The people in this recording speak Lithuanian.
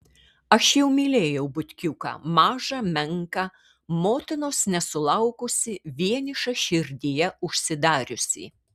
aš jau mylėjau butkiuką mažą menką motinos nesulaukusį vienišą širdyje užsidariusį